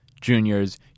Juniors